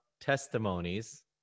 testimonies